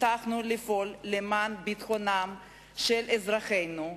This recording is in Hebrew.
הבטחנו לפעול למען ביטחונם של אזרחינו,